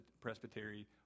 presbytery